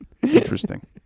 Interesting